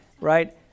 right